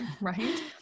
right